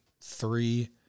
three